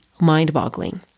mind-boggling